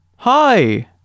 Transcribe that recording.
Hi